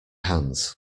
hands